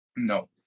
no